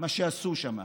מה שעשו שם.